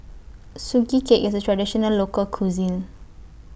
Sugee Cake IS A Traditional Local Cuisine